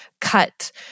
cut